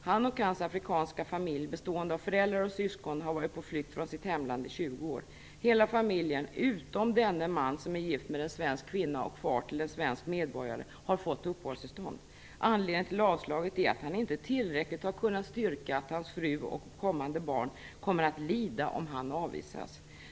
Han och hans afrikanska familj, bestående av föräldrar och syskon, har varit på flykt från sitt hemland i 20 år. Hela familjen, utom denne man som är gift med en svensk kvinna och far till en svensk medborgare, har fått uppehållstillstånd. Anledningen till avslaget är att han inte tillräckligt har kunnat styrka att hans fru och hans kommande barn kommer att lida om han avvisas.